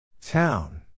Town